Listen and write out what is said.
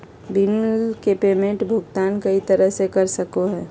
bill के payment भुगतान कई तरह से कर सको हइ